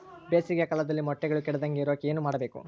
ಬೇಸಿಗೆ ಕಾಲದಲ್ಲಿ ಮೊಟ್ಟೆಗಳು ಕೆಡದಂಗೆ ಇರೋಕೆ ಏನು ಮಾಡಬೇಕು?